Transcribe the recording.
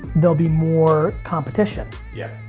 there'll be more competition. yeah.